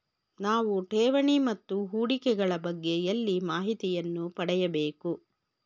ನಾವು ಠೇವಣಿ ಮತ್ತು ಹೂಡಿಕೆ ಗಳ ಬಗ್ಗೆ ಎಲ್ಲಿ ಮಾಹಿತಿಯನ್ನು ಪಡೆಯಬೇಕು?